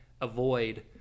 avoid